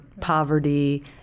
poverty